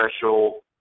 special